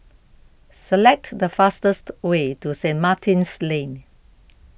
select the fastest way to Saint Martin's Lane